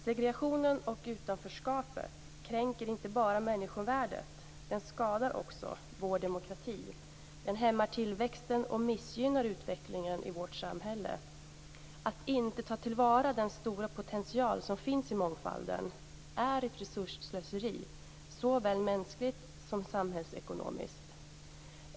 Segregationen och utanförskapet kränker inte bara människovärdet. Den skadar också vår demokrati, hämmar tillväxten och missgynnar utvecklingen i vårt samhälle. Att inte ta till vara den stora potential som finns i mångfalden är ett resursslöseri, såväl mänskligt som samhällsekonomiskt.